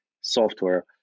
software